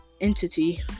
entity